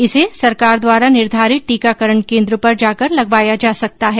इसे सरकार द्वारा निर्धारित टीकाकरण केन्द्र पर जाकर लगवाया जा सकता है